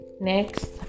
next